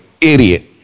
idiot